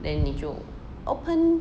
then 你就 open